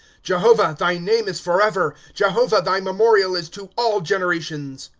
jehovah, thy name is forever jehovah, thy memorial is to all generations.